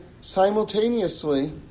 simultaneously